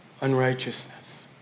unrighteousness